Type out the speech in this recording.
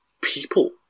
people